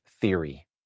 theory